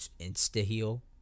insta-heal